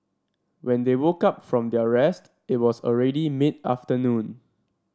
when they woke up from their rest it was already mid afternoon